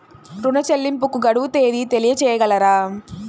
ఋణ చెల్లింపుకు గడువు తేదీ తెలియచేయగలరా?